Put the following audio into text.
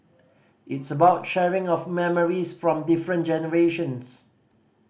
it's about sharing of memories from different generations